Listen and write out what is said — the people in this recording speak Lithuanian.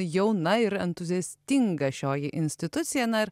jauna ir entuziastinga šioji institucija na ir